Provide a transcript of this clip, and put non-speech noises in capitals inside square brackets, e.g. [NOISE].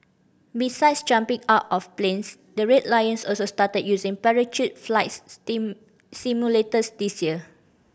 besides jumping out of planes the Red Lions also started using parachute flights [UNINTELLIGIBLE] simulators this year